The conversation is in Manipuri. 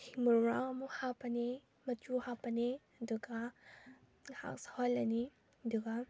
ꯍꯤꯡ ꯃꯔꯨ ꯃꯔꯥꯡ ꯑꯃꯨꯛ ꯍꯥꯞꯄꯅꯤ ꯃꯆꯨ ꯍꯥꯞꯄꯅꯤ ꯑꯗꯨꯒ ꯉꯥꯏꯍꯥꯛ ꯁꯧꯍꯜꯂꯅꯤ ꯑꯗꯨꯒ